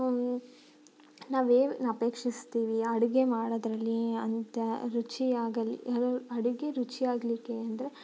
ನಾವು ಏವ್ ನ ಅಪೇಕ್ಷಿಸ್ತೀವಿ ಅಡುಗೆ ಮಾಡೋದರಲ್ಲಿ ಅಂತ ರುಚಿಯಾಗಲಿ ಅಡುಗೆ ರುಚಿಯಾಗಲಿಕ್ಕೆ ಅಂದರೆ